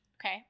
okay